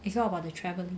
it's all about the travelling